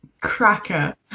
cracker